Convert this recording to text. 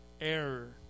error